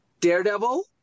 Daredevil